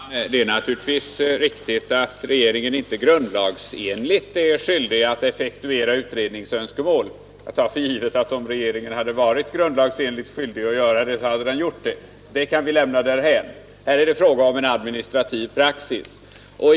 Herr talman! Det är naturligtvis riktigt att regeringen inte grundlagsenligt är skyldig att effektera utredningsönskemål. Jag tar för givet att om regeringen varit grundlagsenligt skyldig att göra det, så hade den gjort det. Det kan vi lämna därhän. Här är det fråga om en administrativ praxis.